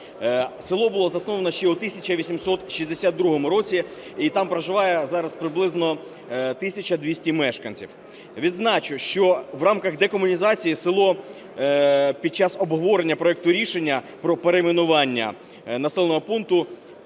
Село було засновано ще у 1862 році, і там проживає зараз приблизно 1 тисяча 200 мешканців. Відзначу, що в рамках декомунізації село під час обговорення проекту рішення про перейменування населеного пункту,